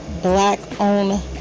Black-Owned